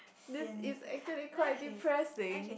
this is actually quite depressing